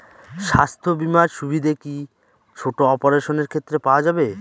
স্বাস্থ্য বীমার সুবিধে কি ছোট অপারেশনের ক্ষেত্রে পাওয়া যাবে?